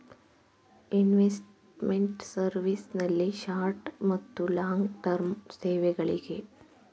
investment service ನಲ್ಲಿ short ಮತ್ತು long term ಸೇವೆಗಳಿಗೆ